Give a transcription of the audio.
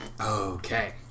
Okay